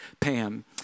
Pam